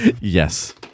Yes